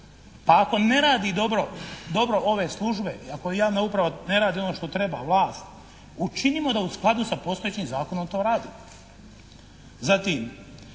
A ako ne radi dobro, dobro ove službe i ako javna uprava ne radi ono što treba, vlast, učinimo da u skladu sa postojećim zakonom to radi. Zatim,